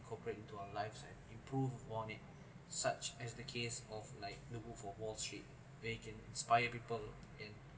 corporate into our lives improve upon it such as the case of like noble for wall street vegan inspire people in